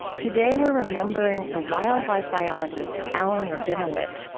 today, we're remembering the wildlife biologist alan rabinowitz,